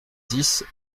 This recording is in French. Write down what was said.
dix